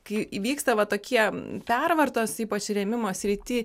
kai įvyksta va tokie pervartos ypač rėmimo srity